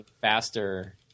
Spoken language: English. faster